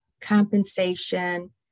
compensation